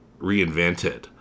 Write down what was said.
reinvented